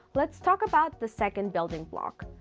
let's talk about the second building block.